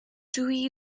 dwi